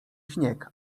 śnieg